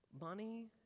money